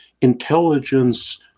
intelligence